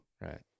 Right